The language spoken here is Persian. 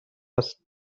است